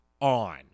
on